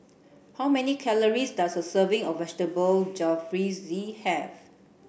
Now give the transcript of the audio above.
how many calories does a serving of Vegetable Jalfrezi have